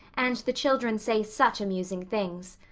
and the children say such amusing things.